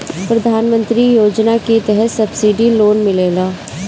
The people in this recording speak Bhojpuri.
प्रधान मंत्री योजना के तहत सब्सिडी लोन मिलेला